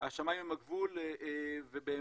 השמיים הם הגבול ובאמת